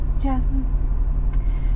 Jasmine